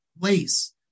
place